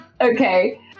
Okay